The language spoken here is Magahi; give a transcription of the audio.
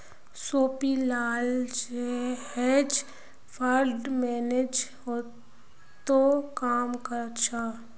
सोपीराल हेज फंड मैनेजर तोत काम कर छ